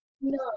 No